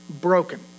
broken